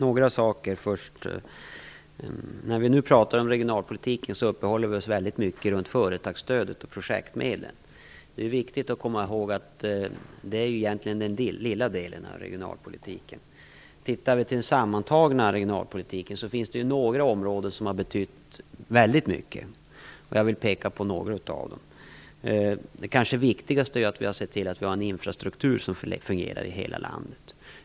Fru talman! När vi nu pratar om regionalpolitiken uppehåller vi oss väldigt mycket runt företagsstöden och projektmedlen. Det är viktigt att komma ihåg att de egentligen är den lilla delen av regionalpolitiken. Om vi ser till den sammantagna regionalpolitiken, finner vi att det är några områden som har betytt väldigt mycket. Jag vill peka på några av dem. Det kanske viktigaste är att vi har sett till att vi har en infrastruktur som fungerar i hela landet.